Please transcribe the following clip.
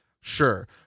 sure